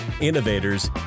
innovators